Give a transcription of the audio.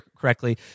correctly